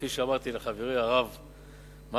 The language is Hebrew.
כפי שאמרתי לחברי הרב מקלב,